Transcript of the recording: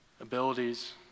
abilities